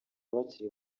bakiri